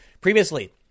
Previously